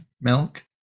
milk